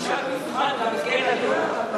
שבשעת מבחן יגן עליהם,